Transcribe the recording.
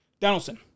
Donaldson